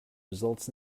results